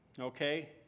okay